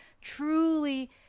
truly